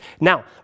Now